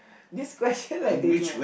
this question like they know